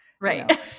Right